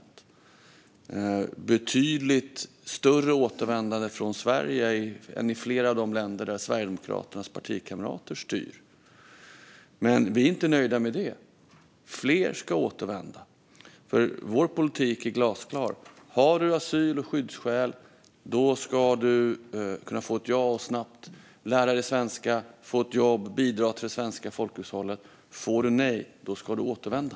Det är ett betydligt större återvändande från Sverige än i flera av de länder där Sverigedemokraternas partikamrater styr. Men vi är inte nöjda med det. Fler ska återvända, för vår politik är glasklar: Har du asyl och skyddsskäl ska du kunna få ja och snabbt lära dig svenska, få ett jobb och bidra till det svenska folkhushållet. Får du nej ska du återvända.